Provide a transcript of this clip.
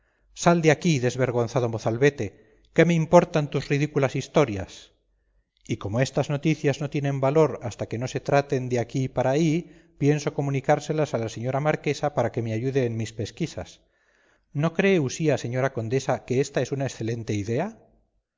sal de aquí desvergonzado mozalbete qué me importan tus ridículas historias y como estas noticias no tienen valor hasta que no se traen de aquí para ahí pienso comunicárselas a la señora marquesa para que me ayude en mis pesquisas no cree usía señora condesa que esta es una excelente idea